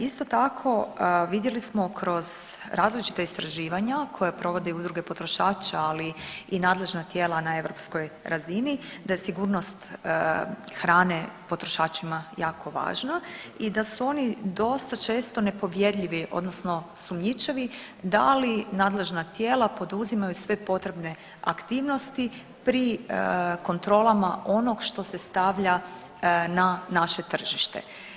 Isto tako vidjeli smo kroz različita istraživanja koje provode udruge potrošača, ali i nadležna tijela na europskoj razini da je sigurnost hrane potrošačima jako važna i da su oni dosta često nepovjerljivi odnosno sumnjičavi da li nadležna tijela poduzimaju sve potrebne aktivnosti pri kontrolama onog što se stavlja na naše tržište.